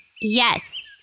Yes